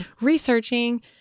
researching